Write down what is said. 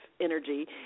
energy